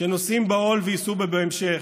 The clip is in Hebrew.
שנושאים בעול ויישאו בו בהמשך.